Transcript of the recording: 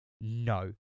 no